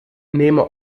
nehme